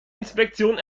inspektion